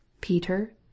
Peter